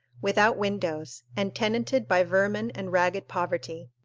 without windows, and tenanted by vermin and ragged poverty.